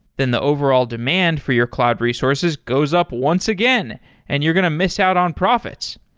then the overall demand for your cloud resources goes up once again and you're going to miss out on profits.